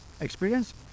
experience